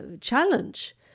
challenge